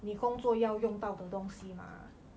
你工作要用到的东西 mah